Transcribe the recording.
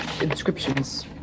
inscriptions